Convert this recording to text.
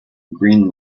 green